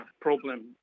problem